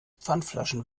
pfandflaschen